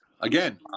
Again